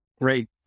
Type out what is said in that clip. great